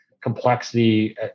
complexity